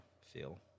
feel